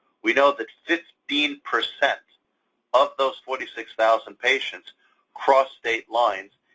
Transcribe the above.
we know that fifteen percent of those forty six thousand patients crossed state lines,